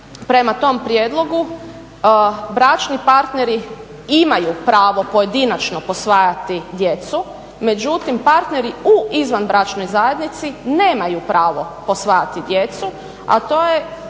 prema tom prijedlogu bračni partneri imaju pravo pojedinačno posvajati djecu međutim, partneri u izvanbračnoj zajednici nemaju pravo posvajati djecu a to je